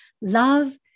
Love